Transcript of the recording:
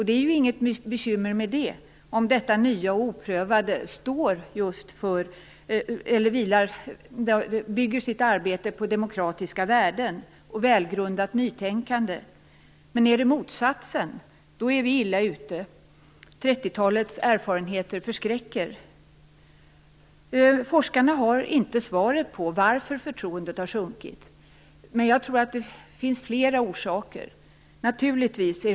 Det är ju inget bekymmer med det om detta nya och oprövade bygger sitt arbete på demokratiska värden och välgrundat nytänkande. Men är det motsatsen är vi illa ute. 30-talets erfarenheter förskräcker. Forskarna har inte svaret på varför förtroendet har sjunkit. Jag tror att det finns flera orsaker.